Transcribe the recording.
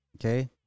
Okay